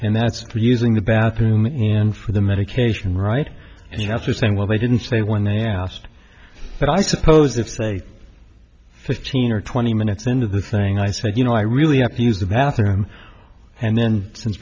and that's using the bathroom and the medication right and you have to say well they didn't say when they asked but i suppose if they fifteen or twenty minutes into the thing i said you know i really have to use the bathroom and then since